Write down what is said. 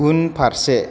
उनफारसे